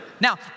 Now